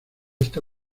esta